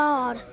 God